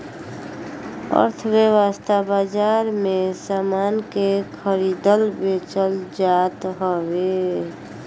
अर्थव्यवस्था बाजार में सामान के खरीदल बेचल जात हवे